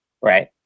right